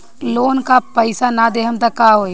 Loan का पैस न देहम त का होई?